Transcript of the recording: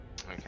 Okay